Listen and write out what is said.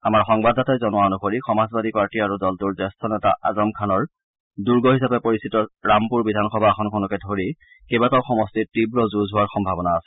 আমাৰ সংবাদদাতাই জনোৱা অনুসৰি সমাজবাদী পাৰ্টি আৰু দলটোৰ জ্যেষ্ঠ নেতা আজম খানৰ দুৰ্গ হিচাপে পৰিচিত ৰামপুৰ বিধানসভা আসনখনকে ধৰি কেইবাটাও সমষ্টিত তীৱ যুঁজ হোৱাৰ সম্ভাৱনা আছে